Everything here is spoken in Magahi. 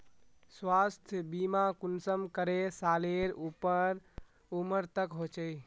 स्वास्थ्य बीमा कुंसम करे सालेर उमर तक होचए?